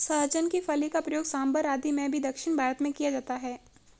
सहजन की फली का प्रयोग सांभर आदि में भी दक्षिण भारत में किया जाता है